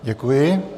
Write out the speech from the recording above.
Děkuji.